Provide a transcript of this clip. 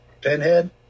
Pinhead